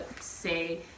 say